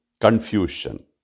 confusion